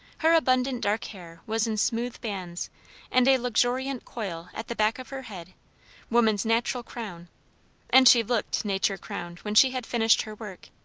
her abundant dark hair was in smooth bands and a luxuriant coil at the back of her head woman's natural crown and she looked nature-crowned when she had finished her work.